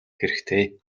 хэрэгтэй